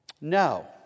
No